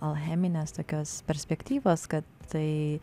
alcheminės tokios perspektyvos kad tai